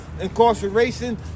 incarceration